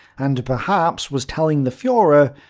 and, perhaps, was telling the fuhrer,